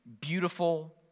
beautiful